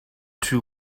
two